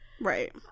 right